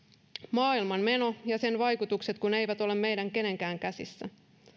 maailmanmeno ja sen vaikutukset kun eivät ole meidän kenenkään käsissä